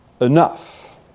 enough